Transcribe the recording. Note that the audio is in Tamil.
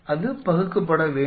அது பகுக்கப்பட வேண்டும்